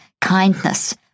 kindness